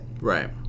Right